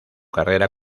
carrera